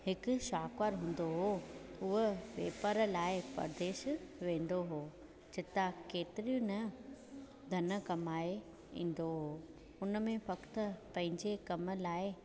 हिक शाहूकारु हूंदो हो उहो व्यापार लाइ परदेस वेंदो हो जितां केतिरो न धन कमाए ईंदो हो हुन फ़क़ति पंहिंजे कम लाइ